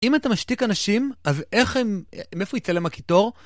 אם אתה משתיק אנשים, אז מאיפה יצא להם הקיטור?